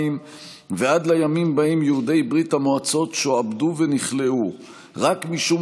ועד לימים שבהם יהודי ברית המועצות שועבדו ונכלאו רק משום